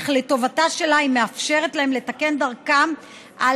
אך לטובתה שלה היא מאפשרת להם לתקן דרכם על